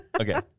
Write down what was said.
Okay